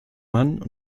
mann